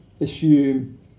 assume